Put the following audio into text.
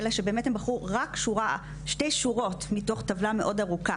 אלא שבאת הם בחרו רק שתי שורות מתוך טבלה מאוד ארוכה